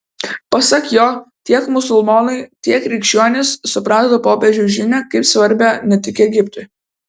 pasak jo tiek musulmonai tiek krikščionys suprato popiežiaus žinią kaip svarbią ne tik egiptui